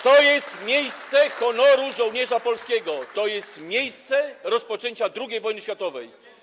To jest miejsce honoru żołnierza polskiego, to jest miejsce rozpoczęcia II wojny światowej.